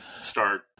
start